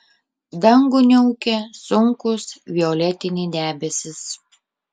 dangų niaukė sunkūs violetiniai debesys